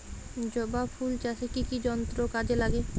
জবা ফুল চাষে কি কি যন্ত্র কাজে লাগে?